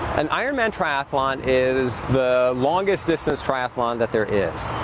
and ironman triathlon is the longest distance triathlon that there is.